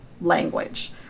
language